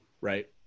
Right